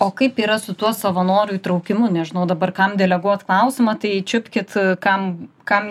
o kaip yra su tuo savanorių įtraukimu nežinau dabar kam deleguot klausimą tai čiupkit kam kam